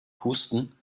husten